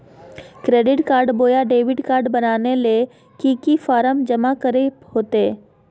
Credit card बोया debit card बनाने ले की की फॉर्म जमा करे होते?